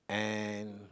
and